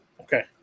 Okay